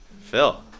Phil